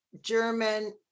german